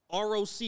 Roc